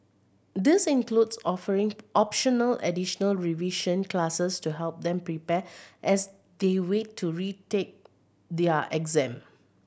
this includes offering optional additional revision classes to help them prepare as they wait to retake their exam